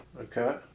Okay